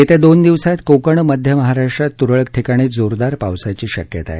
येत्या दोन दिवसात कोकण मध्य महाराष्ट्रात तुरळक ठिकाणी जोरदार पावसाची शक्यता आहे